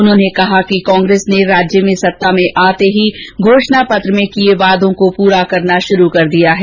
उन्होंने कहा कि कांग्रेस ने राज्य में सत्ता में आते ही घोषणा पत्र में किये वादों को पूरा करना शुरू कर दिया है